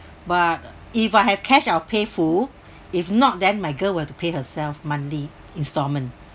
but if I have cash I'll pay full if not then my girl will have to pay herself monthly installment